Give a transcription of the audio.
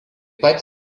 pat